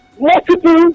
multiple